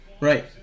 Right